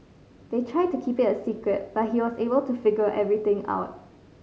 they tried to keep it a secret but he was able to figure everything out